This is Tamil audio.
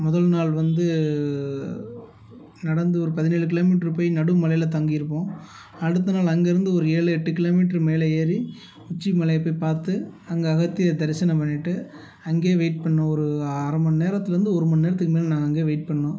முதல் நாள் வந்து நடந்து ஒரு பதினேழு கிலோமீட்டர் போய் நடுமலையில் தங்கியிருப்போம் அடுத்த நாள் அங்கே இருந்து ஒரு ஏழு எட்டு கிலோமீட்டர் மேலே ஏறி உச்சிமலையை போய் பார்த்து அங்கே அகத்தியரை தரிசனம் பண்ணிவிட்டு அங்கேயே வெயிட் பண்ணோம் ஒரு அரை மண்நேரத்தில் இருந்து ஒரு மணிநேரத்துக்கு மேலே நாங்கள் அங்கே வெயிட் பண்ணோம்